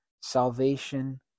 salvation